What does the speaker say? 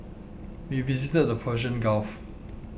we visited the Persian Gulf